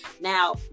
now